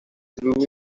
dreams